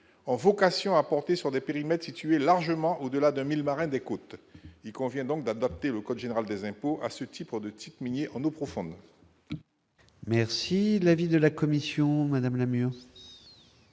ont vocation à porter sur des périmètres situés largement au-delà d'un mile marin des côtes. Il convient donc d'adapter le code général des impôts à ce type de titres miniers en eau profonde. L'amendement n° 79